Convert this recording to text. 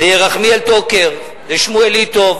ירחמיאל טוקר, שמואל ליטוב